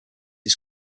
his